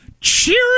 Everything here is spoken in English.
cheering